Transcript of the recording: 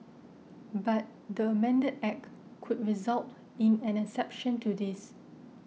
but the amended Act could result in an exception to this